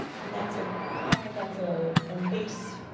and that's a common that's ah an ace,